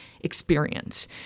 experience